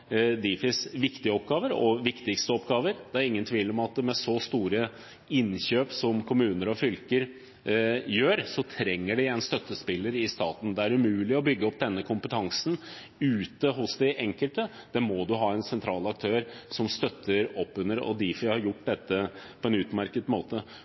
Difis viktigste oppgaver. Det er ingen tvil om at med så store innkjøp som kommuner og fylker gjør, trenger de en støttespiller i staten. Det er umulig å bygge opp denne kompetansen ute hos den enkelte, der må du ha en sentral aktør som støtter opp, og Difi har gjort dette på en utmerket måte.